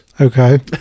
Okay